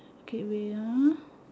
okay wait ah